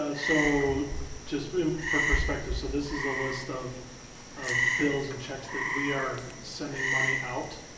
and so just for perspective. so this is a list of of bills and checks that we are sending money out.